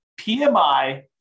PMI